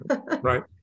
Right